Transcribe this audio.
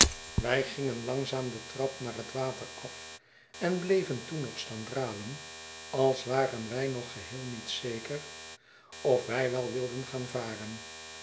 wij gingen langzaam de trap naar het water af en bleven toen nog staan dralen als waren wij nog geheel niet zeker of wij wel wilden gaan varen